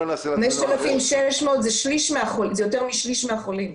5,600 זה יותר משליש מהחולים.